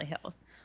Hills